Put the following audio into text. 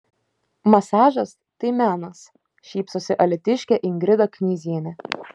masažas tai menas šypsosi alytiškė ingrida knyzienė